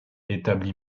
établi